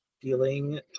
dealing